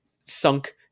sunk